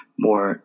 more